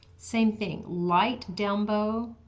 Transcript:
same thing, light down bow.